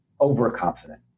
overconfident